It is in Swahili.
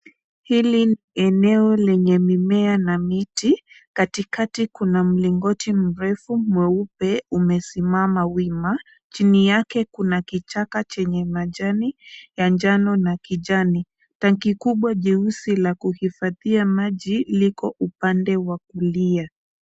Hili eneo lenye mimea na miti. Katikati kuna mlingoti mrefu mweupe umesimama wima. Chini yake kuna kichaka chenye majani ya njano na kijani. Tanki kubwa jeusi la kuhifadhia maji liko upande wa kulia.